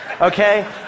okay